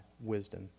wisdom